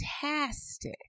fantastic